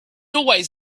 always